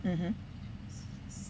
mmhmm